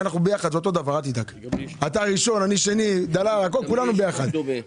אתה ראשון, אני שני - כולנו יחד.